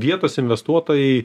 vietos investuotojai